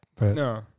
No